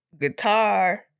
guitar